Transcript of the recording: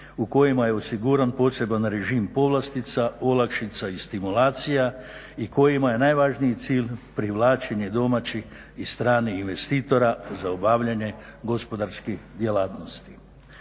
u kojima je osiguran poseban režim povlastica, olakšica i stimulacija i kojima je najvažniji cilj privlačenje domaćih i stranih investitora za obavljanje gospodarskih djelatnosti.